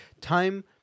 Time